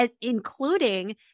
including